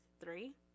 three